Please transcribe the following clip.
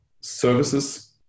services